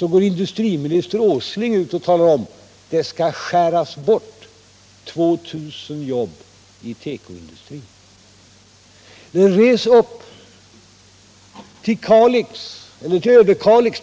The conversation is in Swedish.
går industriministern ut och talar om att 2000 jobb skall skäras bort i tekoindustrin. Res upp till Kalix eller till Överkalix.